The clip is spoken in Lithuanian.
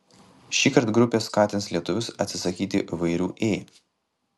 šįkart grupė skatins lietuvius atsisakyti įvairių ė